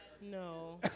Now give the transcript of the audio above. No